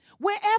Wherever